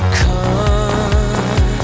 come